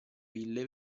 ville